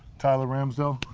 tyler ramsdell,